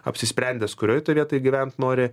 apsisprendęs kurioj tu vietoj gyvent nori